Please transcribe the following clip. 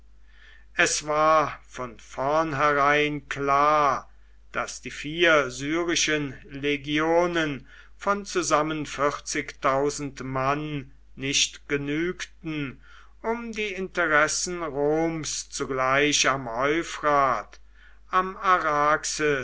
es war von vornherein klar daß die vier syrischen legionen von zusammen mann nicht genügten um die interessen roms zugleich am euphrat am